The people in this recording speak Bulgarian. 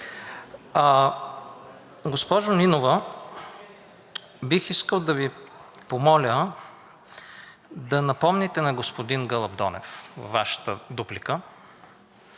Госпожо Нинова, бих искал да Ви помоля да напомните на господин Гълъб Донев във Вашата дуплика,